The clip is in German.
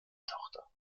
tochter